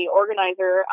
organizer